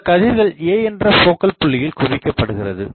இந்த கதிர்கள் A என்ற போக்கல் புள்ளியில் குவிக்கப்படுகிறது